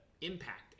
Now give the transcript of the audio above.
impact